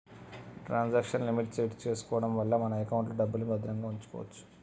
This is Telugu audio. ట్రాన్సాక్షన్ లిమిట్ సెట్ చేసుకోడం వల్ల మన ఎకౌంట్లో డబ్బుల్ని భద్రంగా వుంచుకోచ్చు